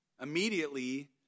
immediately